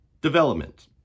Development